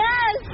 Yes